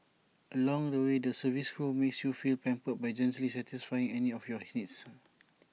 along the way the service crew makes you feel pampered by gently satisfying any of your needs